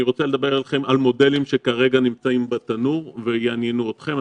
ואני רוצה לדבר איתכם על מודלים שכרגע נמצאים בתנור ויעניינו אתכם.